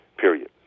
period